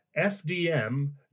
FDM